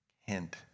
hint